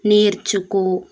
నేర్చుకో